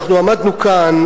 אנחנו עמדנו כאן,